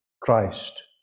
Christ